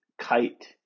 Kite